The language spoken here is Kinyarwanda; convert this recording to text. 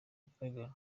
agaragara